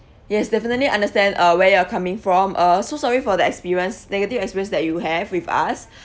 yes definitely understand uh where you're coming from uh so sorry for the experience negative experience that you have with us